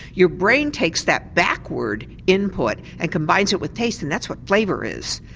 your brain takes that backward input and combines it with taste and that's what flavour is.